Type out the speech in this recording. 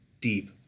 deep